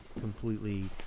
completely